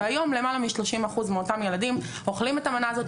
והיום למעלה מ-30% מאותם ילדים אוכלים את המנה הזאת,